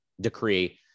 decree